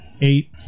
eight